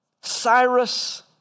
Cyrus